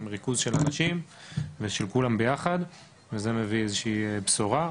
ריכוז של האנשים ושל כולם ביחד וזה מביא איזושהי בשורה,